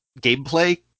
gameplay